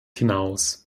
hinaus